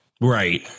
Right